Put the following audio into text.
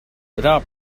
without